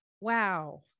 Wow